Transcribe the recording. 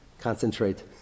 concentrate